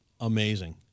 Amazing